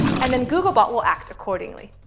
and then googlebot will act accordingly.